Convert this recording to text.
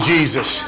Jesus